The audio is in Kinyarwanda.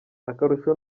akarusho